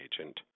agent